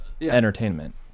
entertainment